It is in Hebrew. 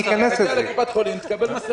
תגיע לקופת חולים, תקבל מסכה.